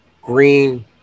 green